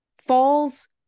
falls